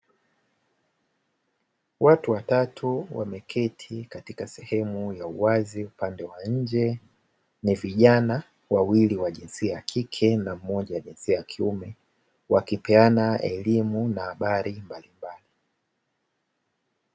Watu watatu wameketi katika sehemu ya wazi upande wa nje, ni vijana wawili wa jinsia ya kike na mmoja jinsi ya kiume, wakipeana elimu na habari mbalimbali.